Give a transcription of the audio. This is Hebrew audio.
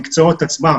המקצועות עצמם,